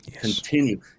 continue